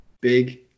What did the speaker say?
Big